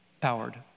powered